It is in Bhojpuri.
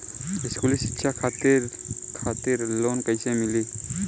स्कूली शिक्षा खातिर लोन कैसे मिली?